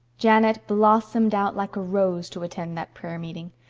janet blossomed out like a rose to attend that prayer-meeting.